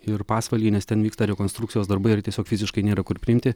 ir pasvalį nes ten vyksta rekonstrukcijos darbai ir tiesiog fiziškai nėra kur priimti